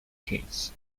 kids